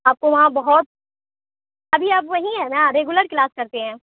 آپ کو وہاں بہت ابھی آپ وہیں ہے نا ریگولر کلاس کرتے ہیں